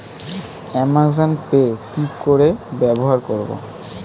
Amazon Pay কি করে ব্যবহার করব?